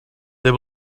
they